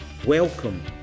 Welcome